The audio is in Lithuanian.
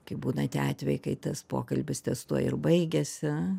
kai būna tie atvejai kai tas pokalbis ties tuo ir baigiasi